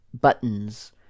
buttons